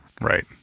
Right